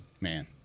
Man